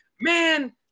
man